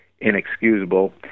inexcusable